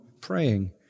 praying